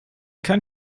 kein